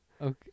Okay